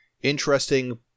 interesting